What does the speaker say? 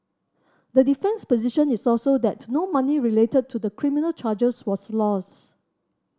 the defence's position is also that no money related to the criminal charges was lost